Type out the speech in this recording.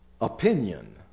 opinion